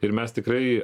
ir mes tikrai